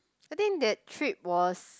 I think that trip was